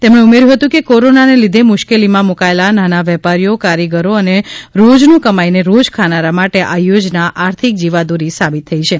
તેમણે ઉમેર્થું હતું કે કોરોના ને લીધે મુશ્કેલી માં મુકાયેલા નાના વેપારીઓ કારીગરો અને રોજનું કમાઇને રોજ ખાનારા માટે આ યોજના આર્થિક જીવાદોરી સાબિત થઈ છે